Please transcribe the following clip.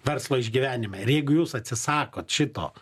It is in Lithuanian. verslo išgyvenime ir jeigu jūs atsisakot šito